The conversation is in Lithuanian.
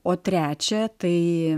o trečia tai